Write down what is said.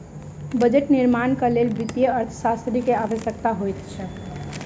budget निर्माणक लेल वित्तीय अर्थशास्त्री के आवश्यकता होइत अछि